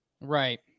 Right